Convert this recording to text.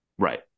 Right